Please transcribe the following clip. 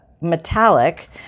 metallic